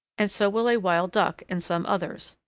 and so will a wild duck and some others.